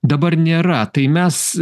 dabar nėra tai mes